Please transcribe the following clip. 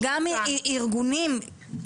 אנחנו לא מאשרים מכון כזה